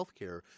healthcare